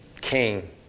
king